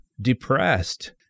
depressed